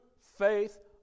faith